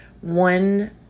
One